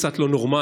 קצת לא נורמלי,